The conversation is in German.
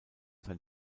sein